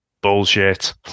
bullshit